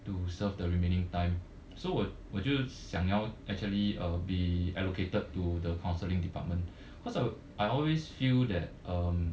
to serve the remaining time so 我我就想要 actually uh be allocated to the counselling department cause I always feel that um